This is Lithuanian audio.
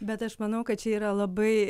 bet aš manau kad čia yra labai